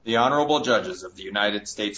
the honorable judges of the united states